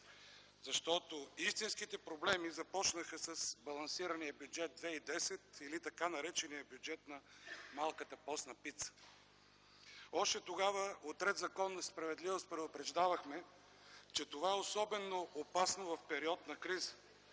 защото истинските проблеми започнаха с балансирания бюджет 2010 или така наречения бюджет на малката постна пица. Още тогава от „Ред, законност и справедливост” предупреждавахме, че това е особено опасно в период на криза.